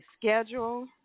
schedule